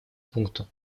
пункту